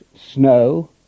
snow